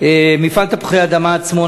מפעל "תפוחי-אדמה עצמונה",